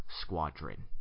Squadron